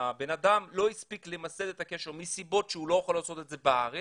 הבן אדם לא הספיק למסד את הקשר מסיבות שהוא לא יכול לעשות את זה בארץ,